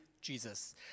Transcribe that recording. Jesus